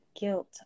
guilt